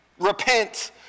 Repent